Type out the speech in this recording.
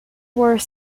were